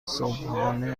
صبحانه